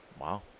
Wow